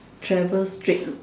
travels straight